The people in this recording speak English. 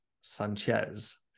Sanchez